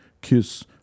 Kiss